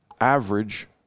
average